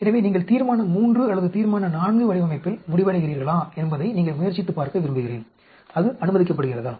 எனவே நீங்கள் தீர்மான III அல்லது தீர்மான IV வடிவமைப்பில் முடிவடைகிறீர்களா என்பதை நீங்கள் முயற்சித்துப் பார்க்க விரும்புகிறேன் அது அனுமதிக்கப்படுகிறதா